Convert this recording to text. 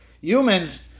humans